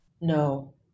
No